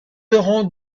auront